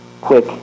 quick